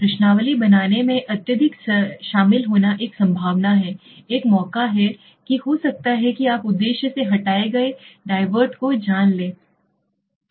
प्रश्नावली बनाने में अत्यधिक शामिल होना एक संभावना है एक मौका है कि हो सकता है कि आप उद्देश्य से हटाए गए डायवर्ट को जान लें